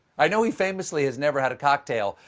i know he famously hasn't ever had a cocktail,